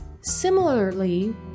similarly